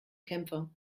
kämpfer